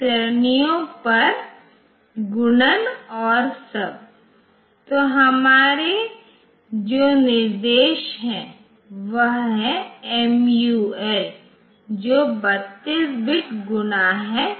इसलिए आमतौर पर उदाहरण के लिए मान लें कि हमारे पास एक प्रोग्राम P है और कुछ समय के लिए क्रियान्वयन करने के बाद इसे कीबोर्ड से पढ़ने की आवश्यकता है